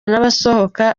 n’abasohoka